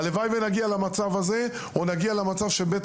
הלוואי ונגיע למצב הזה או נגיע למצב של בית